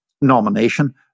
nomination